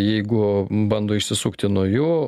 jeigu bando išsisukti nuo jų